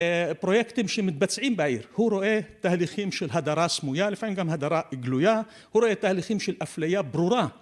פרויקטים שמתבצעים בעיר. הוא רואה תהליכים של הדרה סמויה, לפעמים גם הדרה גלויה, הוא רואה תהליכים של אפליה ברורה